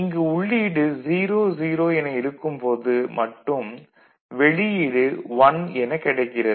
இங்கு உள்ளீடு 00 என இருக்கும் போது மட்டும் வெளியீடு 1 என கிடைக்கிறது